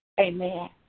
Amen